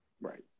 Right